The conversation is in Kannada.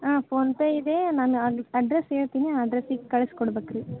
ಹಾಂ ಫೋನ್ಪೇ ಇದೆ ನಾನು ಅಡ್ರೆಸ್ಸ್ ಹೇಳ್ತಿನಿ ಆ ಅಡ್ರೆಸ್ಸಿಗೆ ಕಳ್ಸಿ ಕೊಡ್ಬೇಕ್ ರೀ